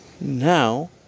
now